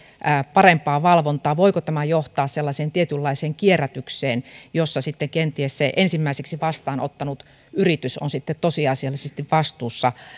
parempaa valvontaa voiko tämä johtaa sellaiseen tietynlaiseen kierrätykseen jossa sitten kenties se ensimmäiseksi vastaanottanut yritys on tosiasiallisesti vastuussa